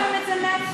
זה מקובל.